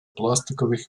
пластикових